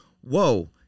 whoa